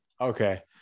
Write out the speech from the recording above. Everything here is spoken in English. Okay